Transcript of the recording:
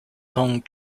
tung